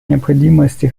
необходимости